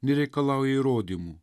nereikalauja įrodymų